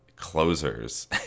closers